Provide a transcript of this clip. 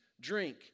drink